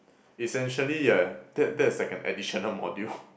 essentially yeah that that is like an additional module